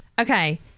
Okay